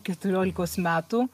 keturiolikos metų